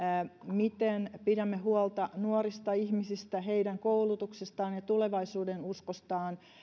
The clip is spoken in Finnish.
miten pidämme huolta nuorista ihmisistä heidän koulutuksestaan ja tulevaisuudenuskostaan